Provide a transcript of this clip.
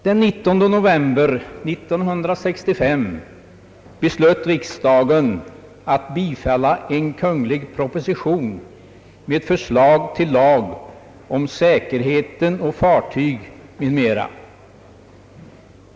Den 19 november 1965 beslöt riksdagen att bifalla en kungl. proposition med förslag till lag om säkerheten på fartyg m.m.